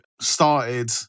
started